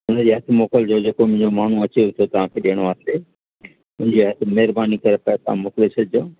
हुनजे हथु मोकिलिजो जेको मुंहिंजो माण्हू अचेव थो तव्हांखे ॾियण वास्ते हुनजे हथु महिरबानी करे पैसा मोकिले छॾिजो